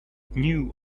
knew